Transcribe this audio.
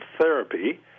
therapy